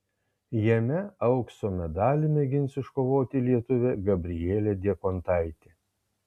jame aukso medalį mėgins iškovoti lietuvė gabrielė diekontaitė